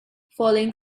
following